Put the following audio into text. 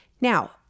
Now